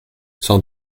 sans